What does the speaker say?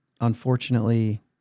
unfortunately